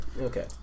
Okay